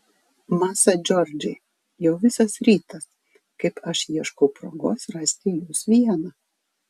masa džordžai jau visas rytas kaip aš ieškau progos rasti jus vieną